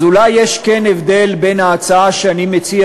אז אולי כן יש הבדל בין ההצעה שאני מציע